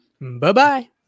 Bye-bye